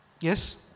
Yes